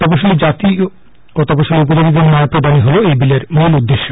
তপশিলী জাতি ও তপশিলি উপজাতিদের ন্যায় প্রদানই এই বিলের মূল উদ্দেশ্য